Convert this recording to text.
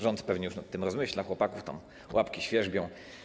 Rząd pewnie już nad tym rozmyśla, chłopaków tam łapki świerzbią.